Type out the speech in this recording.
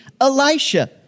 Elisha